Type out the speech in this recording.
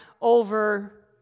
over